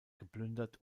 geplündert